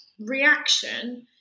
reaction